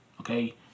okay